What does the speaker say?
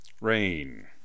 Rain